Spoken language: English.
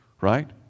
right